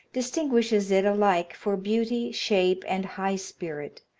distinguishes it alike for beauty, shape, and high spirit,